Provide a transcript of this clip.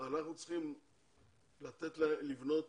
לבנות